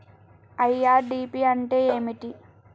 IRDP అంటే ఏమిటి?